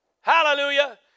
Hallelujah